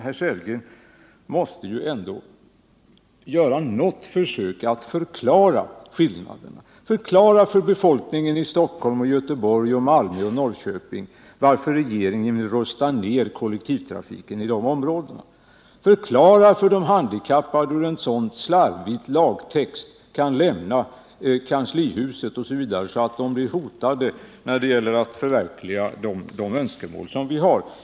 Men herr Sellgren måste ändå göra något försök att förklara skillnaderna. Förklara för befolkningen i Stockholm, Göteborg, Malmö och Norrköping varför regeringen vill rusta ned kollektivtrafiken i de områdena, förklara för de handikappade hur en så slarvig lagtext kan lämna kanslihuset att deras intressen blir hotade när det gäller att förverkliga de önskemål vi har om en bättre handikappanpassning av färdmedlen!